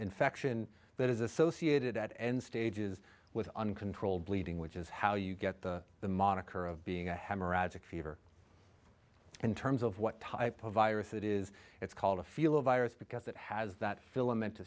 infection that is associated at end stages with uncontrolled bleeding which is how you get the the moniker of being a hemorrhagic fever in terms of what type of virus it is it's called a feel a virus because it has that filament